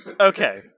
Okay